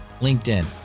LinkedIn